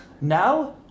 Now